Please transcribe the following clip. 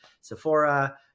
sephora